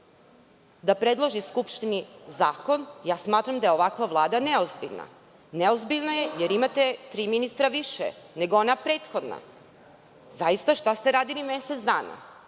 da predloži Skupštini zakon, smatram da je ovakva Vlada neozbiljna. Neozbiljna je jer imate tri ministra više nego ona prethodna. Šta ste radili mesec dana. Ovo